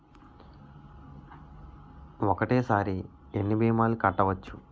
ఒక్కటేసరి ఎన్ని భీమాలు కట్టవచ్చు?